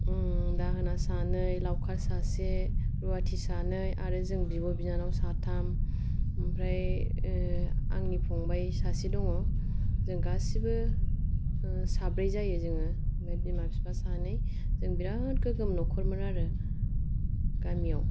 दाहोना सानै लावखार सासे रुवाथि सानै आरो जों बिब' बिनानाव साथाम ओमफ्राय आंनि फंबाय सासे दङ जों गासिबो साब्रै जायो जोङो ओमफाय बिमा बिफा सानै जों बिराद गोग्गोम न'खरमोन आरो गामियाव